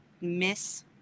miss